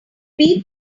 beat